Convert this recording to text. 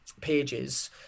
pages